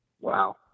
Wow